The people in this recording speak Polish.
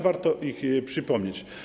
Warto je przypomnieć.